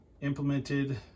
implemented